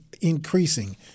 increasing